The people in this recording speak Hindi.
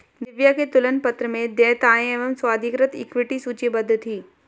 दिव्या के तुलन पत्र में देयताएं एवं स्वाधिकृत इक्विटी सूचीबद्ध थी